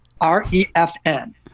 r-e-f-n